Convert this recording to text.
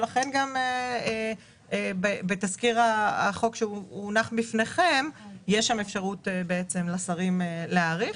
לכן בתזכיר החוק שהונח בפניכם יש אפשרות לשרים להאריך.